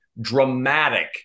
dramatic